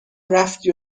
رفتی